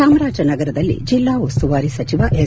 ಚಾಮರಾಜನಗರದಲ್ಲಿ ಜಿಲ್ಲಾ ಉಸ್ತುವಾರಿ ಸಚಿವ ಎಸ್